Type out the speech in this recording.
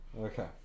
okay